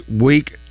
week